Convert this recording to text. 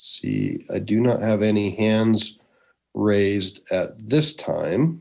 see i do not have any hands raised at this time